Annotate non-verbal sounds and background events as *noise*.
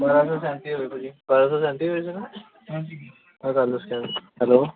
*unintelligible*